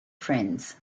friends